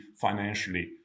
financially